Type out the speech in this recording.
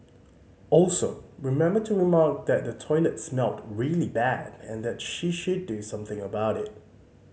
also remember to remark that the toilet smelled really bad and that she should do something about it